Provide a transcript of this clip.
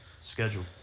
schedule